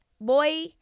boy